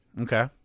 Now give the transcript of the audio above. Okay